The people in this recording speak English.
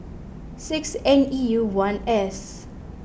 six N E U one S